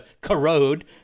corrode